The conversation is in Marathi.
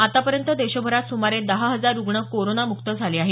आतापर्यंत देशभरात सुमारे दहा हजार रुग्ण कोरोनामुक्त झाले आहेत